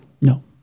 No